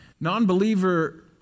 Non-believer